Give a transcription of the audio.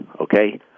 okay